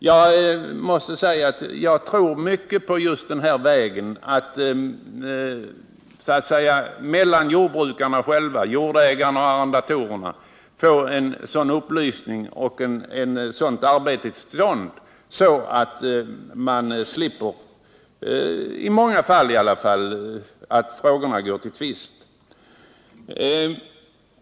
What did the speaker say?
Jag måste säga att jag tror mycket på just den vägen att uppnå samförstånd mellan jordägare och arrendatorer så att man i många fall slipper att frågorna går till tvist.